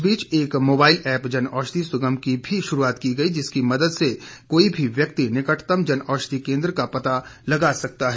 इस बीच एक मोबाइल ऐप जन औषधि सुगम की भी शुरूआत की गई है जिसकी मदद से कोई भी व्यक्ति निकटतम जनऔषधि केंद्र का पता लगा सकता है